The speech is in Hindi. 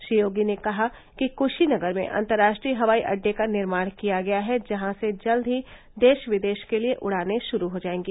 श्री योगी ने कहा कि कुशीनगर में अंतरराष्ट्रीय हवाई अड्डे का निर्माण किया गया है जहां से जल्द ही देश विदेश के लिए उड़ानें शुरू हो जाएगी